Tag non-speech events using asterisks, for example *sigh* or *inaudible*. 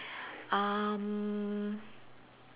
*breath* um